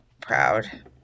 proud